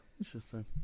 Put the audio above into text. Interesting